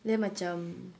then macam